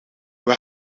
wij